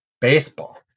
baseball